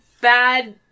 bad